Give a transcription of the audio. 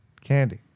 candy